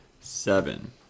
Seven